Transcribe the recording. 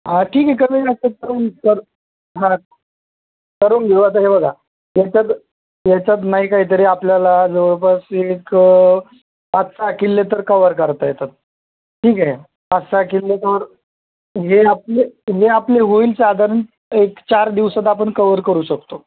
हां ठीक आहे कमीजास्त करून तर करून घेऊ आता हे बघा ह्याच्यात ह्याच्यात नाही काहीतरी आपल्याला जवळपास एक पाच सहा किल्ले तर कवर करता येतात ठीक आहे पाच सहा किल्ले कवर हे आपले हे आपले होईल साधारण एक चार दिवसात आपण कवर करू शकतो